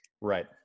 Right